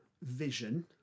vision